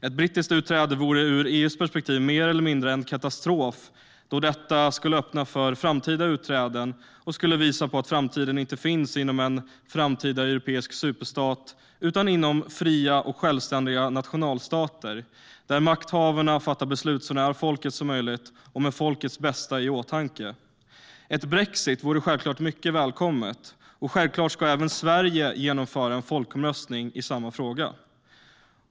Ett brittiskt utträde vore ur EU:s perspektiv mer eller mindre en katastrof då det skulle öppna för framtida utträden och visa att framtiden inte finns inom en europeisk superstat utan inom fria och självständiga nationalstater där makthavarna fattar beslut så nära folket som möjligt och med folkets bästa i åtanke. Brexit vore självklart mycket välkommet, och självklart ska även Sverige genomföra en folkomröstning i samma fråga.